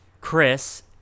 Chris